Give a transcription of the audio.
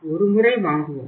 ஒரு முறை வாங்குவோம்